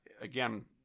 again